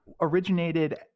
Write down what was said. originated